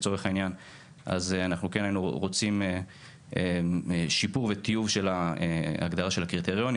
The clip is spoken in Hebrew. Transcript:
אנחנו כן היינו רוצים שיפור וטיוב של ההגדרה של הקריטריונים